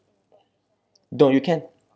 though you can